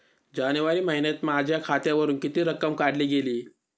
जानेवारी महिन्यात माझ्या खात्यावरुन किती रक्कम काढली गेली?